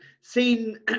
seen